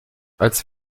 als